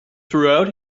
throughout